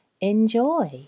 Enjoy